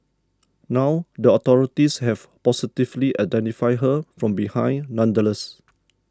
now the authorities have positively identified her from behind nonetheless